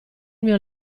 mio